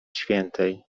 świętej